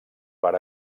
per